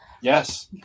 Yes